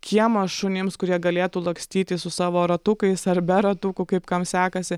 kiemą šunims kurie galėtų lakstyti su savo ratukais ar be ratukų kaip kam sekasi